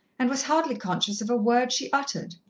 and was hardly conscious of a word she uttered.